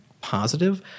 positive